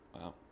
Wow